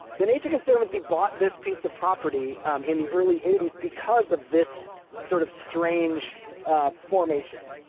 the nature conservancy bought this piece of property in the early eighty s because of this sort of strange formation.